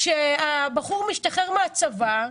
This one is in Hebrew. כשבחור משתחרר מהצבא,